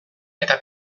eta